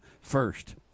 first